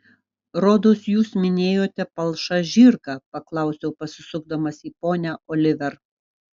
rodos jūs minėjote palšą žirgą paklausiau pasisukdamas į ponią oliver